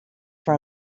for